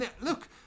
Look